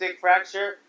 fracture